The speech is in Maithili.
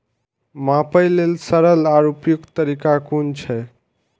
मापे लेल सरल आर उपयुक्त तरीका कुन छै?